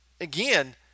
Again